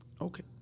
Okay